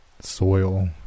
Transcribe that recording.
Soil